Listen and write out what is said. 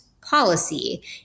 policy